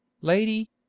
lady